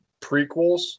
prequels